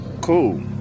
Cool